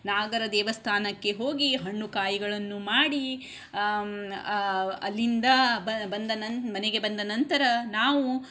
ನಾಗರ ದೇವಸ್ಥಾನಕ್ಕೆ ಹೋಗಿ ಹಣ್ಣು ಕಾಯಿಗಳನ್ನು ಮಾಡಿ ಅಲ್ಲಿಂದ ಬಂದ ನನ್ನ ಮನೆಗೆ ಬಂದ ನಂತರ ನಾವು